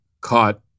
caught